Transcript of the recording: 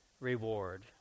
reward